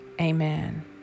Amen